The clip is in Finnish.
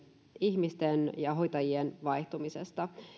ihmisten ja hoitajien vaihtumisesta